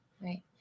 Right